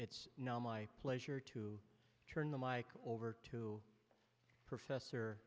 it's no my pleasure to turn the mike over to professor